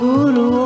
Guru